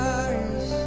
eyes